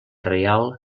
reial